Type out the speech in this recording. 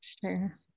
Sure